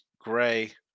Gray